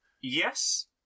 Yes